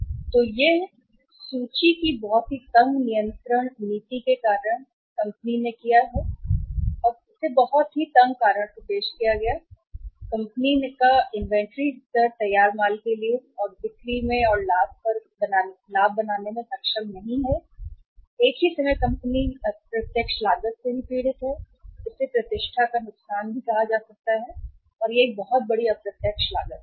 और एक तंग सूची नियंत्रण नीति के कारण हुआ है जिसे कंपनी ने अतीत में और बहुत तंग के कारण पेश किया है तैयार माल कंपनी का इन्वेंट्री स्तर बिक्री और लाभ और पर बनाने में सक्षम नहीं है एक ही समय कंपनी अप्रत्यक्ष लागत से भी पीड़ित है प्रतिष्ठा का नुकसान और कहना है कि एक बहुत बड़ी अप्रत्यक्ष लागत है